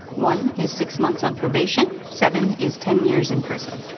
one is six months on probation, seven is ten years in prison.